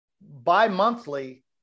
bi-monthly